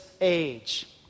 age